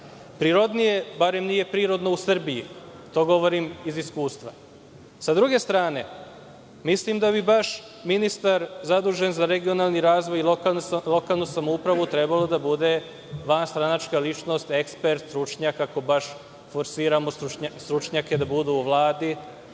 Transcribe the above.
prirodno. Barem nije prirodno u Srbiji. To govorim iz iskustva.S druge strane, mislim da bi baš ministar zadužen za regionalni razvoj i lokalnu samoupravu trebao da bude vanstranačka ličnost, ekspert, stručnjak, ako baš forsiramo stručnjake da budu u Vladi